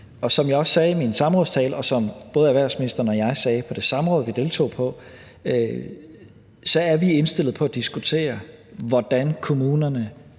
Som jeg også sagde i min samrådstale, og som både erhvervsministeren og jeg sagde på det samråd, vi deltog i, er vi indstillet på at diskutere, hvordan kommunerne